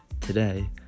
Today